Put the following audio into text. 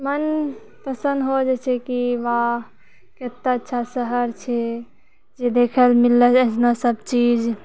मोन प्रसन्न हो जाइ छै कि वाह कतेक अच्छा शहर छै जे देखैलए मिललै अइसनो सबचीज